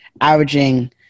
averaging